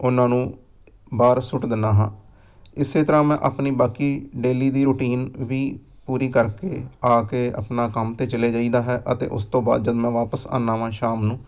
ਉਹਨਾਂ ਨੂੰ ਬਾਹਰ ਸੁੱਟ ਦਿੰਦਾ ਹਾਂ ਇਸ ਤਰ੍ਹਾਂ ਮੈਂ ਆਪਣੀ ਬਾਕੀ ਡੇਲੀ ਦੀ ਰੂਟੀਨ ਵੀ ਪੂਰੀ ਕਰਕੇ ਆ ਕੇ ਆਪਣਾ ਕੰਮ 'ਤੇ ਚਲੇ ਜਾਈਦਾ ਹੈ ਅਤੇ ਉਸ ਤੋਂ ਬਾਅਦ ਜਦੋਂ ਮੈਂ ਵਾਪਸ ਆਉਂਦਾ ਹਾਂ ਸ਼ਾਮ ਨੂੰ